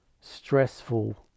stressful